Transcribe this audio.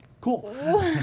cool